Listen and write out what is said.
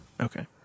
Okay